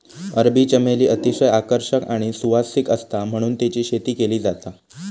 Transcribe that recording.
अरबी चमेली अतिशय आकर्षक आणि सुवासिक आसता म्हणून तेची शेती केली जाता